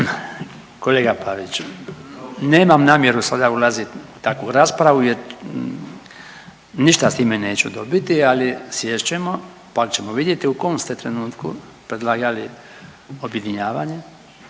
Kolega Paviću, nemam namjeru sada ulazit u takvu raspravu jer ništa s time neću dobiti, ali sjest ćemo, pa ćemo vidjeti u kom ste trenutku predlagali objedinjavanje,